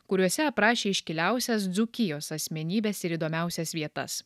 kuriuose aprašė iškiliausias dzūkijos asmenybes ir įdomiausias vietas